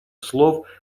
слов